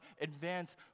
advance